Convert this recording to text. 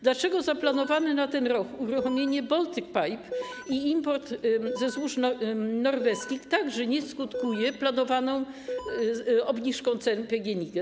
Dlaczego zaplanowane na ten rok uruchomienie Baltic Pipe i import ze złóż norweskich także nie skutkuje planowaną obniżką cen PGNiG?